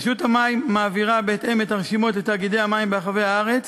רשות המים מעבירה בהתאם את הרשימות לתאגידי המים ברחבי הארץ,